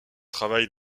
travail